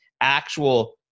actual